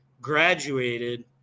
graduated